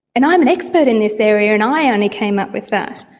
and i'm an expert in this area and i only came up with that.